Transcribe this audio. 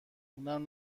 اونم